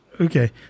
Okay